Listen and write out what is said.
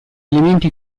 elementi